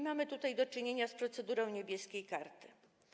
Mamy tutaj do czynienia z procedurą „Niebieskiej karty”